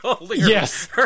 Yes